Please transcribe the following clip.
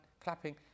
clapping